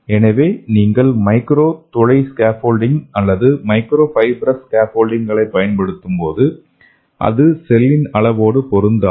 எனவே நீங்கள் மைக்ரோ துளை ஸ்கேஃபோல்டிங் அல்லது மைக்ரோஃபைப்ரஸ் ஸ்கேஃபோல்டிங்களைப் பயன்படுத்தும்போது அது செல்லின் அளவோடு பொருந்தாது